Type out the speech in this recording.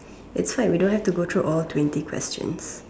it's like we don't have to go though all twenty questions